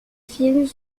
films